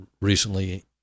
recently